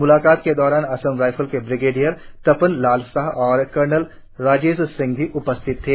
म्लाकात के दौरान असम राईफल्स के ब्रिगेडियर तपन लाल शाह और कर्नल राजेश सिंह भी उपस्थित थे